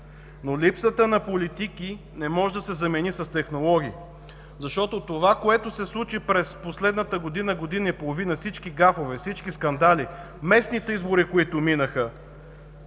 но липсата на политики не може да се замени с технологии, защото това, което се случи през последната година –година и половина, всички гафове, всички скандали, местните избори, които минаха,